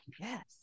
Yes